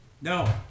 No